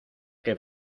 que